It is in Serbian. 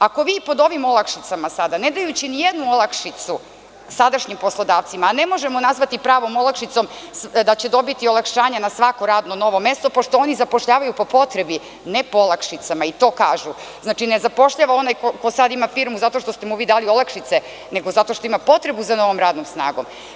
Ako vi pod ovim olakšicama sada, ne dajući nijednu olakšicu sadašnjim poslodavcima, a ne možemo nazvati pravom olakšicom da će dobiti olakšanje na svako novo radno mesto, pošto oni zapošljavaju po potrebi, ne po olakšicama, i to kažu, znači, ne zapošljava onaj ko sad ima firmu zato što ste mu vi dali olakšice, nego zato što ima potrebu za novom radnom snagom.